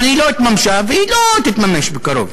אבל היא לא התממשה, והיא לא תתממש בקרוב.